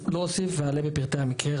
לא אוסיף ואלאה בפרטי המקרה,